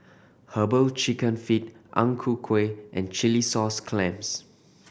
Herbal Chicken Feet Ang Ku Kueh and chilli sauce clams